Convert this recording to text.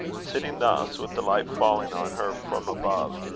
sitting thus, with the light falling on her from above,